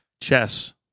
Chess